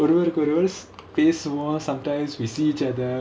sometimes we see each other